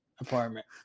apartment